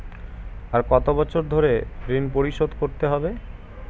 আর কত বছর ধরে ঋণ পরিশোধ করতে হবে?